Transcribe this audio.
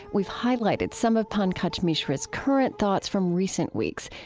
we've highlighted some of pankaj mishra's current thoughts from recent weeks,